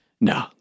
No